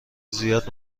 زیاد